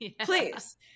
please